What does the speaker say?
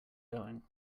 going